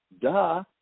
duh